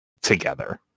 together